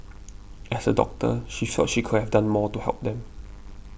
as a doctor she saw she could have done more to help them